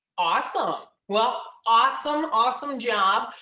awesome. well, awesome, awesome job.